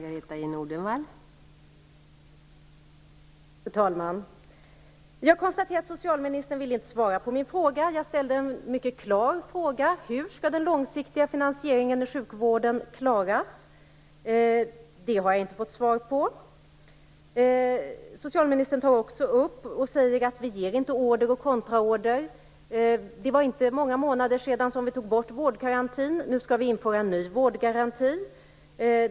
Fru talman! Jag konstaterar att socialministern inte vill svara på min fråga. Jag ställde en mycket klar fråga: Hur skall den långsiktiga finansieringen i sjukvården klaras? Det har jag inte fått svar på. Socialministern säger att man inte ger order och kontraorder. Det var inte många månader sedan som vi tog bort vårdgarantin. Nu skall vi införa en ny vårdgaranti.